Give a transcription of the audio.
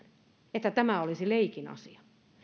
että tämä olisi leikin asia